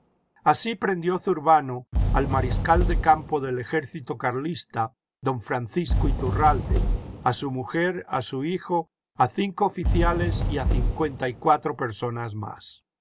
así prendió zurbano al mariscal de campo del ejército carlista don francisco iturralde a su nuijer a su hijo a cinco oficiales y a cincuenta y cuülro personas más